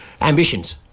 ambitions